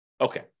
Okay